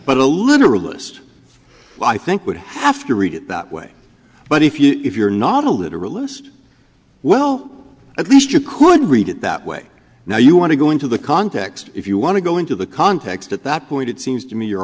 but a literalist i think would have to read it that way but if you're not a literalist well at least you could read it that way now you want to go into the context if you want to go into the context at that point it seems to me you